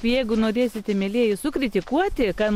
jeigu norėsite mielieji sukritikuoti ką